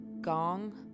gong